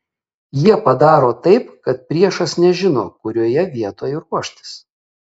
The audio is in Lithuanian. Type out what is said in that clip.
jie padaro taip kad priešas nežino kurioje vietoj ruoštis